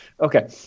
Okay